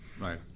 Right